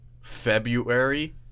February